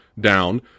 down